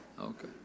Okay